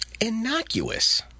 Innocuous